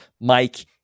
Mike